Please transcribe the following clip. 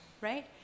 right